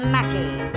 Mackie